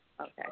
Okay